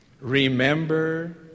Remember